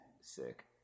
Sick